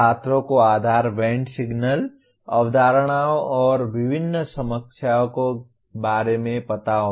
छात्रों को आधार बैंड सिग्नल अवधारणाओं और विभिन्न समकक्षों के बारे में पता होगा